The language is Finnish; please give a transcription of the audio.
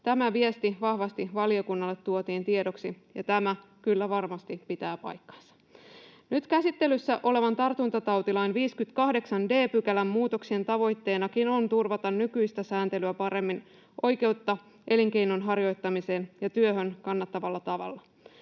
Tämä viesti tuotiin vahvasti valiokunnalle tiedoksi, ja tämä kyllä varmasti pitää paikkansa. Nyt käsittelyssä olevan tartuntatautilain 58 d §:n muutoksien tavoitteena onkin turvata nykyistä sääntelyä paremmin oikeutta elinkeinon harjoittamiseen ja työhön kannattavalla tavalla,